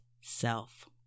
self